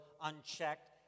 unchecked